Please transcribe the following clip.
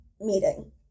meeting